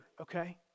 okay